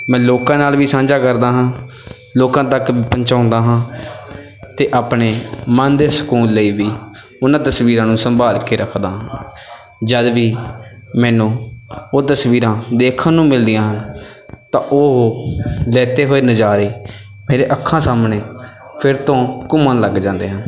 ਮੈਂ ਲੋਕਾਂ ਨਾਲ ਵੀ ਸਾਂਝਾ ਕਰਦਾ ਹਾਂ ਲੋਕਾਂ ਤੱਕ ਵੀ ਪਹੁੰਚਾਉਂਦਾ ਹਾਂ ਅਤੇ ਆਪਣੇ ਮਨ ਦੇ ਸਕੂਨ ਲਈ ਵੀ ਉਹਨਾਂ ਤਸਵੀਰਾਂ ਨੂੰ ਸੰਭਾਲ ਕੇ ਰੱਖਦਾ ਹਾਂ ਜਦ ਵੀ ਮੈਨੂੰ ਉਹ ਤਸਵੀਰਾਂ ਦੇਖਣ ਨੂੰ ਮਿਲਦੀਆਂ ਹਨ ਤਾਂ ਉਹ ਲਿੱਤੇ ਹੋਏ ਨਜ਼ਾਰੇ ਮੇਰੇ ਅੱਖਾਂ ਸਾਹਮਣੇ ਫਿਰ ਤੋਂ ਘੁੰਮਣ ਲੱਗ ਜਾਂਦੇ ਹਨ